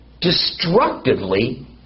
destructively